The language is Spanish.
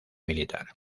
militar